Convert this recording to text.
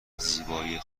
زیبایی